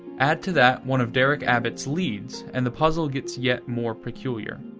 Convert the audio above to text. add to that one of derek abbott's leads, and the puzzle gets yet more peculiar.